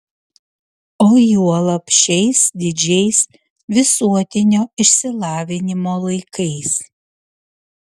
o juolab šiais didžiais visuotinio išsilavinimo laikais